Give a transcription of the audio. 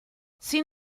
sin